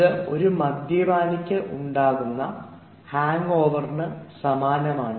ഇത് ഒരു മദ്യപാനിക്ക് ഉണ്ടാകുന്ന ഹാങ്ഓവറിനു സമാനമാണ്